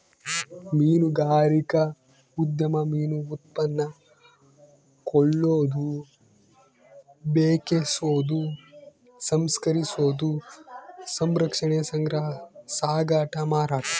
ಮೀನುಗಾರಿಕಾ ಉದ್ಯಮ ಮೀನು ಉತ್ಪನ್ನ ಕೊಳ್ಳೋದು ಬೆಕೆಸೋದು ಸಂಸ್ಕರಿಸೋದು ಸಂರಕ್ಷಣೆ ಸಂಗ್ರಹ ಸಾಗಾಟ ಮಾರಾಟ